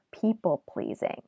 people-pleasing